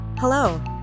Hello